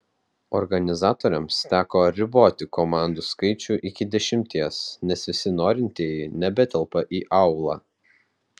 organizatoriams teko riboti komandų skaičių iki dešimties nes visi norintieji nebetelpa į aulą